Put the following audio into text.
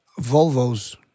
Volvos